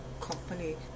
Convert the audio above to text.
company